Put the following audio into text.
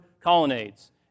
colonnades